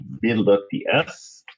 Build.ts